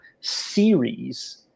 series